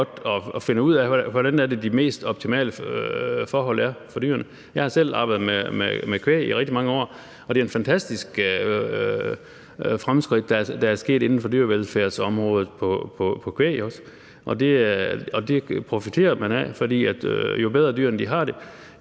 og finder ud af, hvordan de mest optimale forhold for dyrene er. Jeg har selv arbejdet med kvæg i rigtig mange år, og det er et fantastisk fremskridt, der er sket inden for dyrevelfærdsområdet, også for kvæg, og det profiterer man af. For jo bedre dyrene har det,